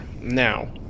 now